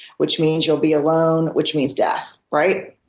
which means you'll be alone, which means death, right?